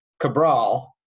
Cabral